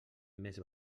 més